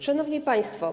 Szanowni Państwo!